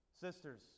sisters